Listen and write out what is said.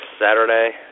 Saturday